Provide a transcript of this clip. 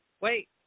Wait